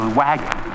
wagon